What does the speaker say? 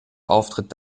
auftritt